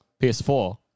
PS4